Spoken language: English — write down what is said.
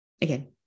again